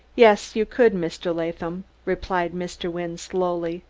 yes, you could, mr. latham, replied mr. wynne slowly,